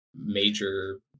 Major